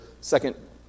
second